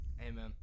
Amen